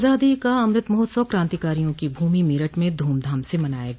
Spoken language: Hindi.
आजादी का अमृत महोत्सव कांतिकारियों की भूमि मरठ में ध्रमधाम से मनाया गया